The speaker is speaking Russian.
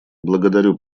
благодарю